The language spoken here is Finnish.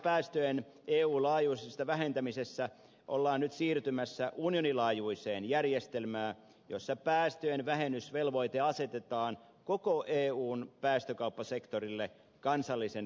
kasvihuonekaasupäästöjen eu laajuisesta vähentämisestä ollaan nyt siirtymässä unionin laajuiseen järjestelmään jossa päästöjen vähennysvelvoite asetetaan koko eun päästökauppasektorille kansallisen velvoitteen sijaan